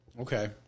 Okay